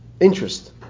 interest